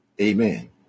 Amen